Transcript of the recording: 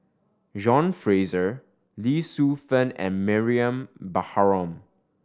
John Fraser Lee Shu Fen and Mariam Baharom